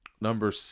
Number